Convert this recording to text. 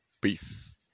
Peace